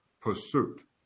pursuit